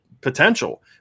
potential